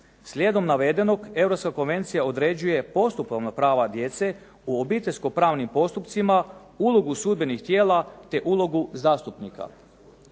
Slijedom navedenog Europska konvencija određuje postupovno prava djece u obiteljsko-pravnim postupcima, ulogu sudbenih tijela, te ulogu zastupnika.